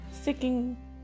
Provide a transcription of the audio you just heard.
sticking